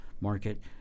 market